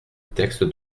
texte